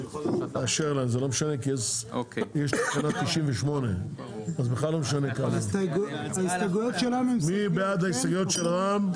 זה לא משנה כי יש תקנה 98. מי בעד ההסתייגויות של רע"ם?